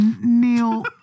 Neil